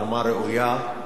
ברמה ראויה,